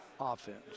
offense